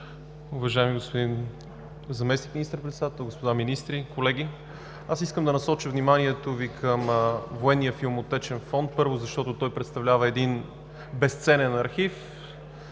Уважаеми господин Заместник министър-председател, господа министри, колеги! Аз искам да насоча вниманието Ви към Военния филмотечен фонд първо, защото той представлява един безценен архив,